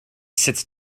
sits